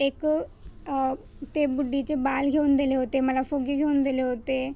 एक ते बुढ्ढीचे बाल घेऊन दिले होते मला फुगे घेऊन दिले होते